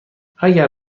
اگر